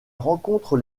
rencontre